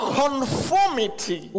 conformity